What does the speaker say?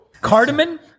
Cardamom